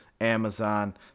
Amazon